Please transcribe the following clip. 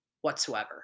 whatsoever